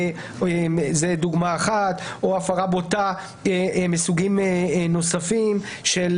זו דוגמה אחת, או הפרה בוטה מסוגים נוספים של